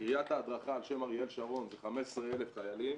קרית ההדרכה ע"ש אריאל שרון זה 15,000 חיילים